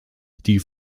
die